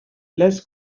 less